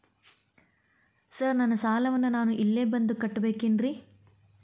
Sir ನನ್ನ ಸಾಲವನ್ನು ನಾನು ಇಲ್ಲೇ ಬಂದು ಕಟ್ಟಬೇಕೇನ್ರಿ?